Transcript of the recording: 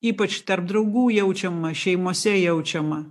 ypač tarp draugų jaučiama šeimose jaučiama